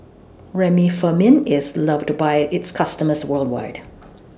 Remifemin IS loved By its customers worldwide